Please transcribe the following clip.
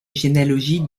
généalogie